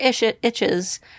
itches